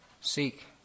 Seek